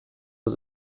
was